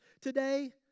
today